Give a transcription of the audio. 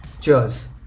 cheers